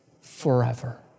forever